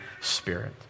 Spirit